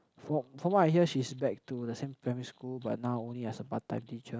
from from what I hear she's back to the same primary school but now only as a part time teacher